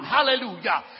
Hallelujah